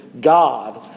God